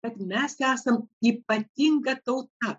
kad mes esam ypatinga tauta